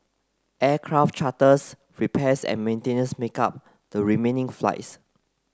aircraft charters repairs and maintenance make up the remaining flights